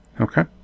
Okay